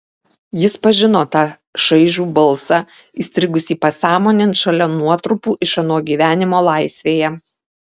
jis pažino tą šaižų balsą įstrigusį pasąmonėn šalia nuotrupų iš ano gyvenimo laisvėje